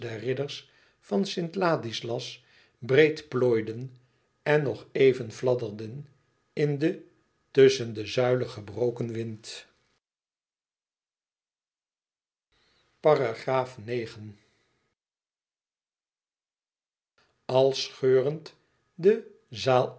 van st ladislas breed plooiden en nog even fladderden in den tusschen de zuilen gebroken wind als scheurend de